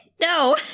No